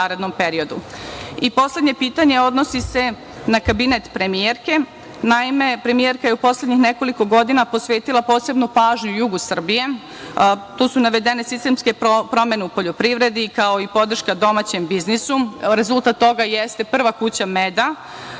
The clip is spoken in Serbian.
periodu. Poslednje pitanje odnosi se na kabinet premijerke. Naime, premijerka je u poslednjih nekoliko godina posvetila posebnu pažnju jugu Srbije. Tu su navedene sistemske promene u poljoprivredi, kao i podrška domaćem biznisu. Rezultat toga jeste prva kuća meda,